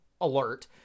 alert